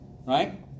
right